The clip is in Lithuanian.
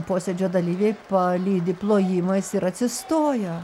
posėdžio dalyviai palydi plojimais ir atsistoję